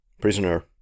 prisoner